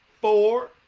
four